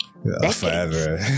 Forever